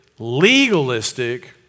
legalistic